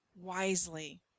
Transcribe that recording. wisely